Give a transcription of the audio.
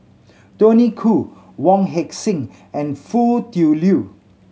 Tony Khoo Wong Heck Sing and Foo Tui Liew